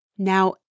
Now